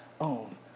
own